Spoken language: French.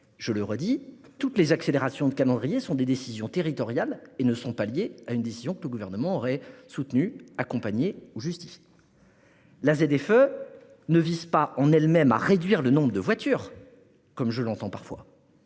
Je le répète, toutes les accélérations de calendrier procèdent de décisions territoriales et ne sont en aucun cas liées à une décision que le Gouvernement aurait soutenue, accompagnée ou justifiée. En elle-même, la ZFE ne vise pas à réduire le nombre de voitures, comme je l'entends parfois,